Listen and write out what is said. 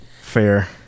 Fair